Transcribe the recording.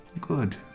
Good